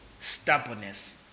stubbornness